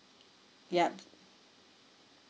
yup